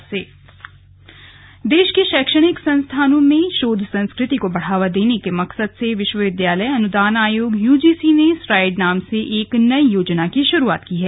STRIDE योजना देश के शैक्षणिक संस्थानों में शोध संस्कृति को बढ़ावा देने के मकसद से विश्वविद्यालय अनुदान आयोग यूजीसी ने स्ट्राइड नाम से एक नई योजना की शुरुआत की है